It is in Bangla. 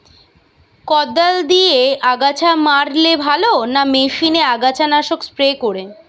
কদাল দিয়ে আগাছা মারলে ভালো না মেশিনে আগাছা নাশক স্প্রে করে?